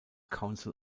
council